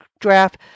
draft